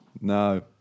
No